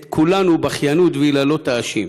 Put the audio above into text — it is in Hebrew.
את כולנו בבכיינות ויללות תאשים.